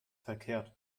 verkehrt